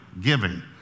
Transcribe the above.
giving